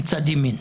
מצד ימין.